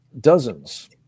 dozens